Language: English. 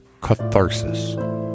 catharsis